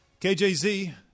KJZ